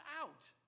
out